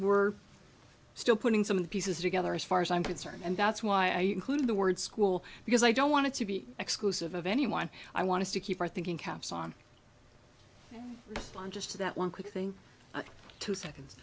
we're still putting some of the pieces together as far as i'm concerned and that's why you included the word school because i don't want to be exclusive of anyone i want to keep our thinking caps on on just that one quick thing two seconds